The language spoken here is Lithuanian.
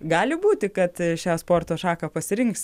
gali būti kad šią sporto šaką pasirinks